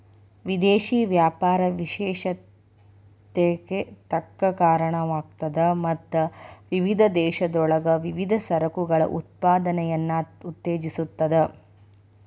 ವಿದೇಶಿ ವ್ಯಾಪಾರ ವಿಶೇಷತೆಕ್ಕ ಕಾರಣವಾಗ್ತದ ಮತ್ತ ವಿವಿಧ ದೇಶಗಳೊಳಗ ವಿವಿಧ ಸರಕುಗಳ ಉತ್ಪಾದನೆಯನ್ನ ಉತ್ತೇಜಿಸ್ತದ